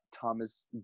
Thomas